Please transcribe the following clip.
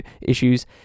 issues